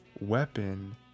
weapon